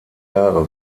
jahre